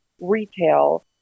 retail